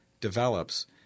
develops